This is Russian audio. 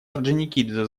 орджоникидзе